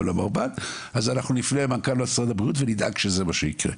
למרב"ד אז אנחנו נפנה למנכ"ל משרד הבריאות ונדאג שזה מה שיקרה.